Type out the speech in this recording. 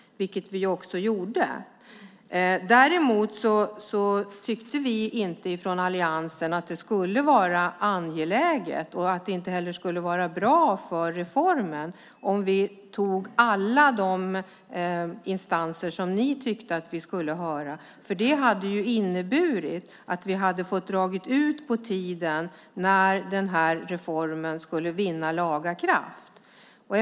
Däremot tyckte vi inte från allianspartiernas sida att det var angeläget och inte heller bra för reformen om vi hörde alla de instanser som ni tyckte att vi skulle höra. Det hade ju inneburit att vi hade fått dra ut på tiden för reformens lagakraftvinnande.